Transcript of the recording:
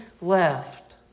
left